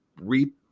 reap